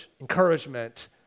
encouragement